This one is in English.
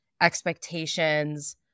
expectations